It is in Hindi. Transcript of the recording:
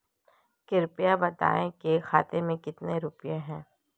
कृपया बताएं खाते में कितने रुपए हैं?